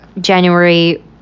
January